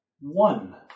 One